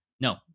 No